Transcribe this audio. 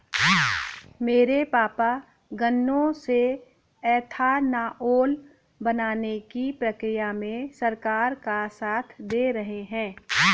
मेरे पापा गन्नों से एथानाओल बनाने की प्रक्रिया में सरकार का साथ दे रहे हैं